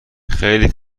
خیلی